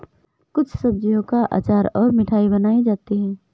कुछ सब्जियों का अचार और मिठाई बनाई जाती है